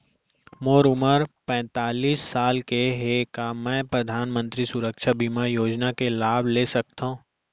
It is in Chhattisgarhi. मोर उमर पैंतालीस साल हे का मैं परधानमंतरी सुरक्षा बीमा योजना के लाभ ले सकथव?